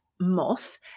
moth